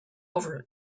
over